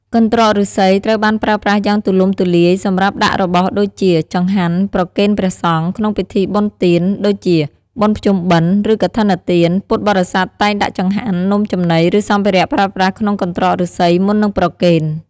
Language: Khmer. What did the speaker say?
កន្ត្រកឫស្សីត្រូវបានប្រើប្រាស់យ៉ាងទូលំទូលាយសម្រាប់ដាក់របស់ដូចជា ចង្ហាន់ប្រគេនព្រះសង្ឃ ក្នុងពិធីបុណ្យទាន ដូចជាបុណ្យភ្ជុំបិណ្ឌ ឬកឋិនទាន ពុទ្ធបរិស័ទតែងដាក់ចង្ហាន់ នំចំណី ឬសម្ភារៈប្រើប្រាស់ក្នុងកន្ត្រកឫស្សីមុននឹងប្រគេន។